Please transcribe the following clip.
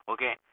Okay